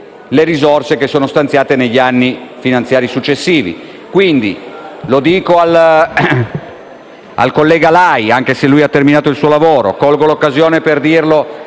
Grazie